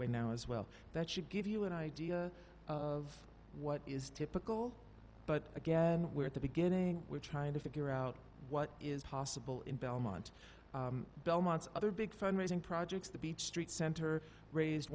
way now as well that should give you an idea of what is typical but again we're at the beginning we're trying to figure out what is possible in belmont belmont's other big fund raising projects the beach street center raised